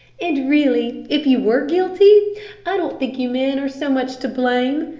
and really if you were guilty i don't think you men are so much to blame.